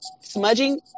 smudging